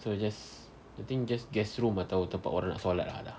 so we just I think just guest room atau tempat orang nak solat ah dah